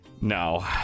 No